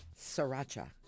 Sriracha